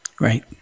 Right